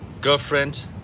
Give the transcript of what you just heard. Girlfriend